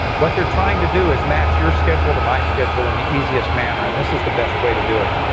what they're trying to do is match your schedule to my schedule in the easiest manner. and this is the best way to do it.